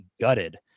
gutted